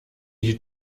die